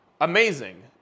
Amazing